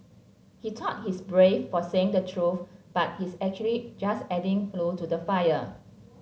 he thought he's brave for saying the truth but he's actually just adding fuel to the fire